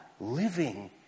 living